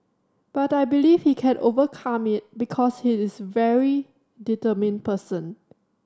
but I believe he can overcome it because he is a very determined person